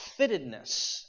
fittedness